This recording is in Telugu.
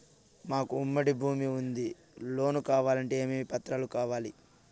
మాకు ఉమ్మడి భూమి ఉంది లోను కావాలంటే ఏమేమి పత్రాలు కావాలి?